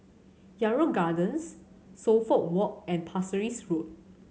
Yarrow Gardens Suffolk Walk and Pasir Ris Road